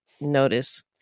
notice